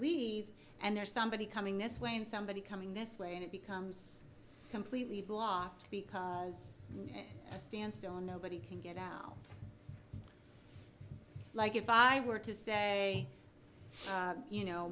leave and there's somebody coming this way and somebody coming this way and it becomes completely blocked because a standstill nobody can get out now like if i were to say you know